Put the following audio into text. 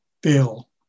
bill